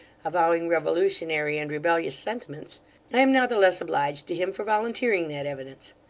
avowing revolutionary and rebellious sentiments i am not the less obliged to him for volunteering that evidence.